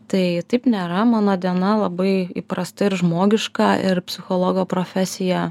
tai taip nėra mano diena labai įprasta ir žmogiška ir psichologo profesija